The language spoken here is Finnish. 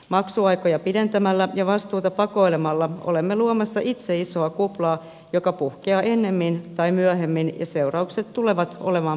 maksuaikoja pidentämällä ja vastuuta pakoilemalla olemme luomassa itse isoa kuplaa joka puhkeaa ennemmin tai myöhemmin ja seuraukset tulevat olemaan pahimmillaan katastrofaaliset